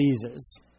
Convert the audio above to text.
diseases